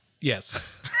yes